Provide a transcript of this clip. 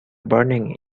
burning